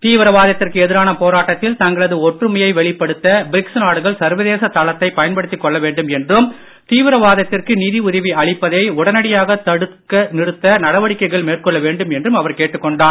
தீவிரவாதத்திற்கு எதிரான போராட்டத்தில் தங்களது ஒற்றுமையை வெளிப்படுத்த பிரிக்ஸ் நாடுகள் சர்வதேச தளத்தை பயன்படுத்திக் கொள்ள வேண்டும் என்றும் தீவிரவாதத்திற்கு நிதி உதவி அளிப்பதை உடனடியாக தடுத்து நிறுத்த நடவடிக்கைகள் மேற்கொள்ள வேண்டும் என்றும் அவர் கேட்டுக் கொண்டுடார்